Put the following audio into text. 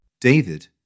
David